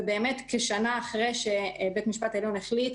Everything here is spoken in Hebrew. ובאמת כשנה אחרי שבית המשפט העליון החליט,